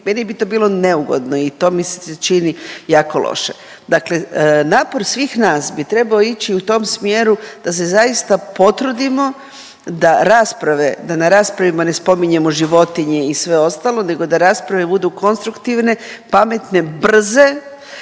meni bi to bilo neugodno i to mi se čini jako loše. Dakle napor svih nas bi trebao ići u tom smjeru da se zaista potrudimo da rasprave, da na raspravama ne spominjemo životinje i sve ostalo nego da rasprave budu konstruktivne, pametne, brze